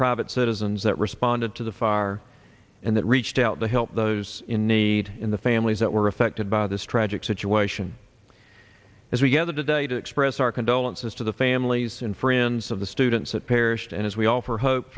private citizens that responded to the far and that reached out to help those in need in the families that were affected by this tragic situation as we gathered today to express our condolences to the families and friends of the students that perished and as we offer hope